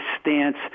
stance